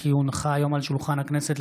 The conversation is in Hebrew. כי הונחה היום על שולחן הכנסת,